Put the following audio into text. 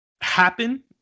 Happen